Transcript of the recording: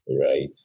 right